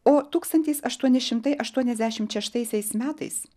o tūkstantis aštuoni šimtai aštuoniasdešimt šeštaisiais metais